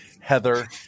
Heather